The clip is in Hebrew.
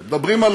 לבולגריה,